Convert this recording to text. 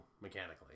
mechanically